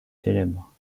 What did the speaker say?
célèbre